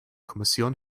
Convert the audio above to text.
kommission